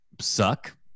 suck